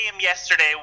yesterday